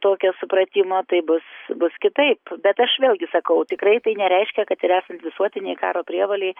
tokio supratimo tai bus bus kitaip bet aš vėlgi sakau tikrai tai nereiškia kad yra visuotinėj karo prievolėj